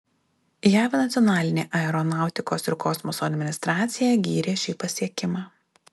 jav nacionalinė aeronautikos ir kosmoso administracija gyrė šį pasiekimą